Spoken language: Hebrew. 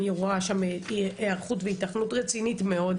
אני רואה שם היערכות והיתכנות רצינית מאוד